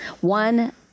One